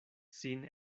sin